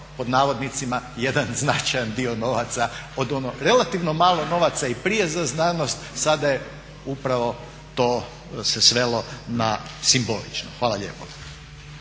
pod navodnicima jedan značajan dio novaca od ono relativno malo novaca i prije za znanost. Sada je upravo to se svelo na simbolično. Hvala lijepo.